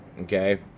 Okay